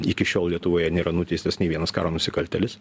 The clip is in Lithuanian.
iki šiol lietuvoje nėra nuteistas nė vienas karo nusikaltėlis